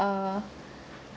err